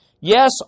Yes